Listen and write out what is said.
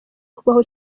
kubaho